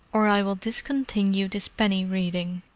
or i will discontinue this penny reading,